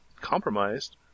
compromised